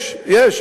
יש, יש.